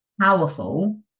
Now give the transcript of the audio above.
powerful